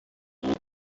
این